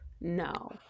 No